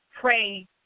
pray